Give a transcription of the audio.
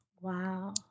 Wow